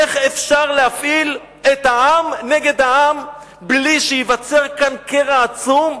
איך אפשר להפעיל את העם נגד העם בלי שייווצר כאן איזה קרע עצום,